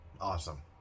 Awesome